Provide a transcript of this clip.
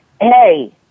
Hey